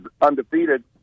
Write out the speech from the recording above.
undefeated